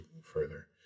further